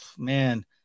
Man